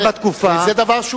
וזה דבר שהוא,